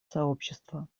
сообщества